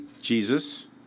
Jesus